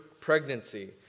pregnancy